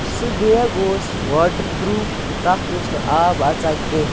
سُہ بیگ اوس واٹَر پرٛوٗف تہٕ تَتھ اوس نہٕ آب اَژان کینٛہہ